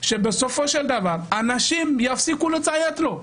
שבסופו של דבר אנשים יפסיקו לציית לו.